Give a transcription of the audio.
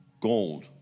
gold